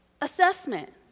assessment